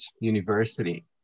University